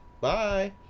Bye